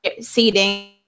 seating